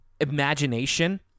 imagination